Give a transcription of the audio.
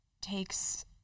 takes